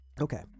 Okay